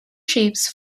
ships